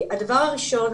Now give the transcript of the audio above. הדבר הראשון,